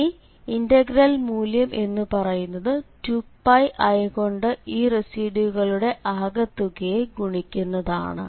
ഇനി ഇന്റഗ്രൽ മൂല്യം എന്ന പറയുന്നത് 2πi കൊണ്ട് ഈ റെസിഡ്യൂകളുടെ അകെത്തുകയെ ഗുണിക്കുന്നതാണ്